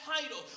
title